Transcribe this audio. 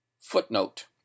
Footnote